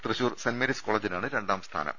Thrissur Saint Mary's കോളജിനാണ് രണ്ടാം സ്ഥാനം